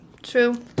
True